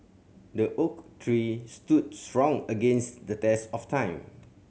the oak tree stood strong against the test of time